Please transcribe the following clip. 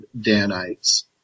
Danites